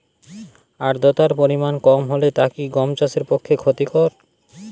আর্দতার পরিমাণ কম হলে তা কি গম চাষের পক্ষে ক্ষতিকর?